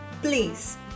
Please